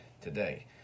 today